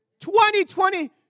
2020